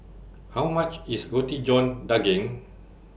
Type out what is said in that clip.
How much IS Roti John Daging